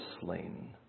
slain